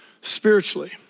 spiritually